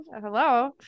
Hello